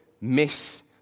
miss